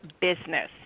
business